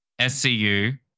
scu